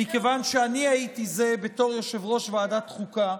מכיוון שבתור יושב-ראש ועדת חוקה,